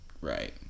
right